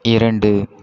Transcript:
இரண்டு